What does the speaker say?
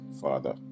Father